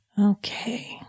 Okay